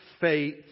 faith